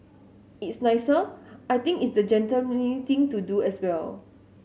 it's nicer I think it's the gentlemanly thing to do as well